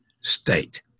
state